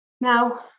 Now